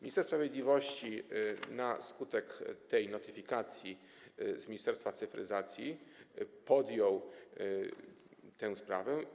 Minister sprawiedliwości na skutek tej notyfikacji z Ministerstwa Cyfryzacji podjął tę sprawę.